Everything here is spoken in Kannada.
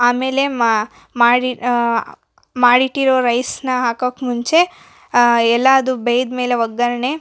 ಆಮೇಲೆ ಮಾಡಿ ಮಾಡಿಟ್ಟಿರೋ ರೈಸ್ನಾ ಹಾಕೋಕ್ಮುಂಚೆ ಆ ಎಲ್ಲಾದು ಬೇಯ್ದ ಮೇಲೆ ಒಗ್ಗರಣೆ